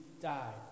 died